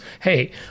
Hey